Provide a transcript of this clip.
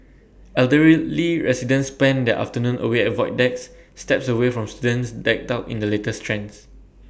elder really residents spend their afternoon away at void decks steps away from students decked out in the latest trends